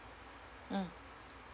mm